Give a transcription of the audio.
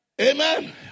Amen